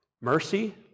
Mercy